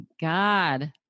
God